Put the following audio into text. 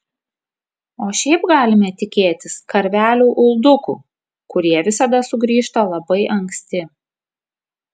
o šiaip galime tikėtis karvelių uldukų kurie visada sugrįžta labai anksti